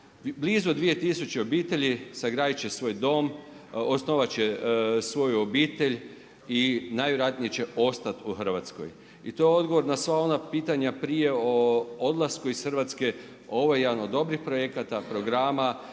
Blizu 2000 obitelji sagraditi će svoj dom, osnovati će svoju obitelj i najvjerojatnije će ostati u Hrvatskoj. I to je odgovor na sva ona pitanja prije o odlasku iz Hrvatske, ovo je jedan od dobrih projekata programa